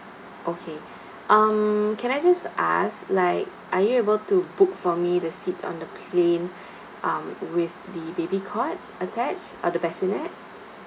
okay um can I just ask like are you able to book for me the seat on the plane um with the baby cot attached or the bassinet